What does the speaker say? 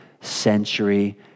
century